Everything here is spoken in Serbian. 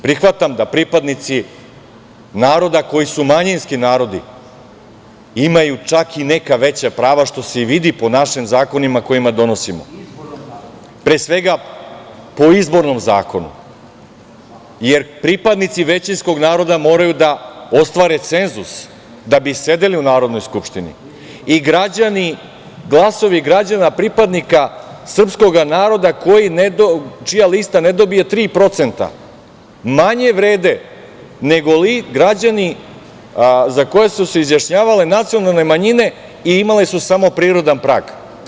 Prihvatam da pripadnici naroda koji su manjinski narodi imaju čak i neka veća prava, što se i vidi po našim zakonima koje donosimo, pre svega po izbornom zakonu, jer pripadnici većinskog naroda moraju da ostvare cenzus da bi sedeli u Narodnoj skupštini i glasovi građana pripadnika srpskog naroda čija lista ne dobije 3% manje vrede nego li građani za koje su se izjašnjavale nacionalne manjine i imale su samo prirodan prag.